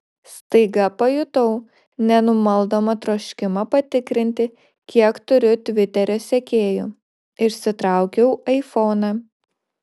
staiga pajutau nenumaldomą troškimą patikrinti kiek turiu tviterio sekėjų išsitraukiau aifoną